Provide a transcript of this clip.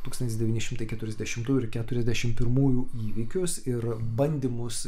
tūkstantis devyni šimtai keturiasdešimtųjų ir keturiasdešimt pirmųjų įvykius ir bandymus